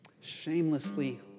shamelessly